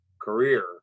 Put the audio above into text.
career